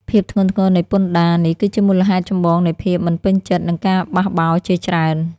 ភាពធ្ងន់ធ្ងរនៃពន្ធដារនេះគឺជាមូលហេតុចម្បងនៃភាពមិនពេញចិត្ត និងការបះបោរជាច្រើន។